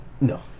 no